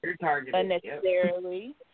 unnecessarily